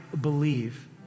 believe